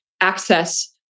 access